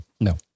No